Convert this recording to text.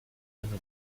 eine